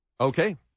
Okay